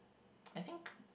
I think